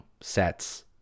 sets